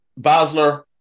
Basler